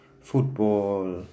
football